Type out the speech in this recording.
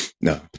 No